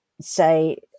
say